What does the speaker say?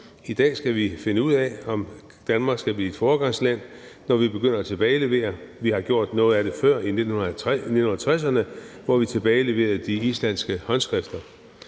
I dag skal vi finde ud af, om Danmark skal blive et foregangsland, når vi begynder at tilbagelevere. Vi har gjort noget af det før i 1960'erne, hvor vi tilbageleverede de islandske håndskrifter.